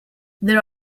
there